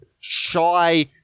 shy